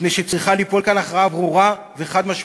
מפני שצריכה ליפול כאן הכרעה ברורה וחד-משמעית: